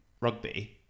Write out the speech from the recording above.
rugby